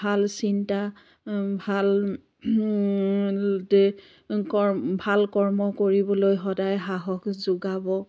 ভাল চিন্তা ভাল কৰ ভাল কৰ্ম কৰিবলৈ সদায় সাহস যোগাব